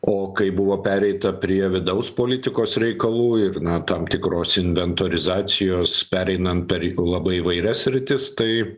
o kai buvo pereita prie vidaus politikos reikalų ir nuo tam tikros inventorizacijos pereinant per labai įvairias sritis tai